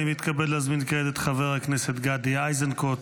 אני מתכבד להזמין כעת את חבר הכנסת גדי איזנקוט